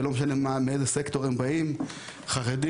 לא משנה מאיזה סקטור הם באים חרדים,